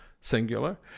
singular